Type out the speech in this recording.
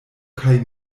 kaj